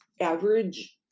average